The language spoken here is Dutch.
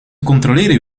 controleren